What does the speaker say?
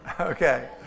Okay